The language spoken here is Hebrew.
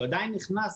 הוא עדיין נכנס